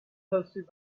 hosted